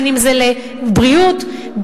אם לבריאות,